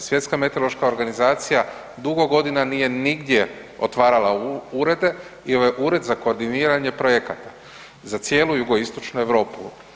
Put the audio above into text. Svjetska meteorološka organizacija dugo godina nije nigdje otvarala urede i ovaj ured za koordiniranje projekata za cijelu jugoistočnu Europu.